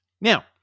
Now